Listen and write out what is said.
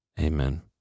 Amen